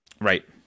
Right